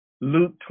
Luke